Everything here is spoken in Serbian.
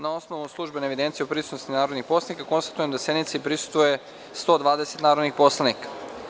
Na osnovu službene evidencije o prisutnosti narodnih poslanika, konstatujem da sednici prisustvuje 120 narodnih poslanika.